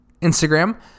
Instagram